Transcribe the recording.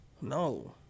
No